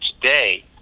today